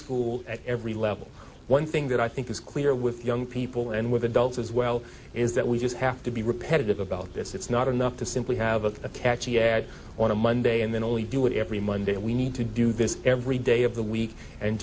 school at every level one thing that i think is clear with young people and with adults as well is that we just have to be repetitive about this it's not enough to simply have a catchy ad on a monday and then only do it every monday and we need to do this every day of the week and